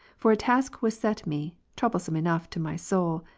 for a task was set me, troublesome enough to my soul,